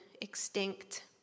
extinct